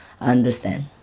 understand